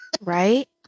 Right